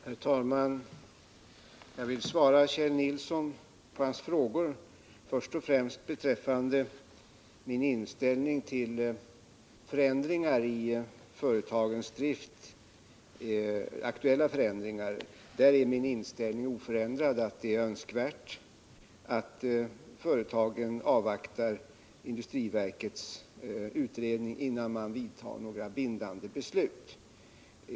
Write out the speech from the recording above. Herr talman! Som svar på Kjell Nilssons frågor vill jag först och främst säga att min inställning beträffande aktuella förändringar i företagens drift är oförändrad, dvs. att det är önskvärt att företagen avvaktar industriverkets utredning innan några bindande beslut fattas.